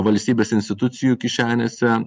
valstybės institucijų kišenėse